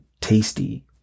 tasty